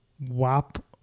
WAP